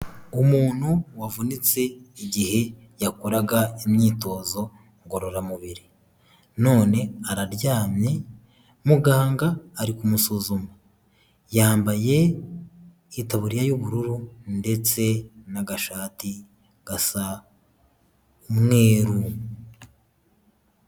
Umuntu wavunitse igihe yakoraga imyitozo ngororamubiri none araryamye muganga ari kumusuzuma, yambaye itaburiya y'ubururu ndetse n'agashati gasa umweru.